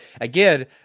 Again